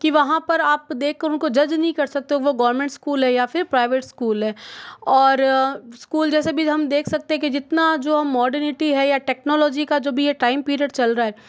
कि वहाँ पर आप देख कर उनको जज नहीं कर सकते वह गवरमेंट स्कूल है या फिर प्राइवेट स्कूल है और स्कूल जैसे भी हम देख सकते कि जितना जो हम मॉडर्निटी है या टेक्नोलॉजी का जो भी है टाइम पीरियड चल रहा है